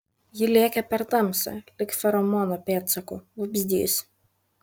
ji lėkė per tamsą lyg feromono pėdsaku vabzdys